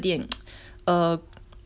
就是脆脆的那种你知道吗